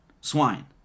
Swine